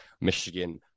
Michigan